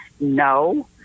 No